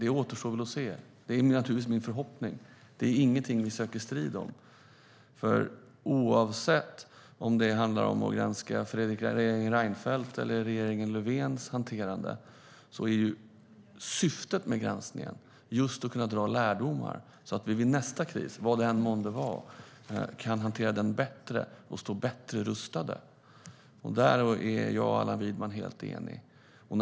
Det är naturligtvis min förhoppning, och det är ingenting vi söker strid om. Oavsett om det handlar om att granska regeringen Reinfeldts eller regeringen Löfvens hantering är syftet med granskningen att kunna dra lärdomar, så att vi vid nästa kris, vad det än månde vara, kan hantera den bättre och stå bättre rustade. Där är jag och Allan Widman helt eniga.